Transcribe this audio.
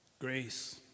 Grace